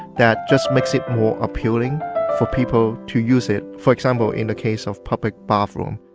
that just makes it more appealing for people to use it for example, in the case of public bathroom